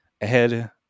ahead